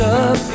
up